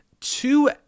two